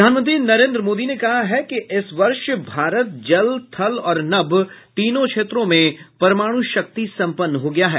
प्रधानमंत्री नरेन्द्र मोदी ने कहा है कि इस वर्ष भारत जल थल और नभ तीनों क्षेत्रों में परमाणु शक्ति सम्पन्न हो गया है